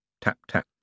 tap-tap